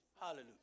Hallelujah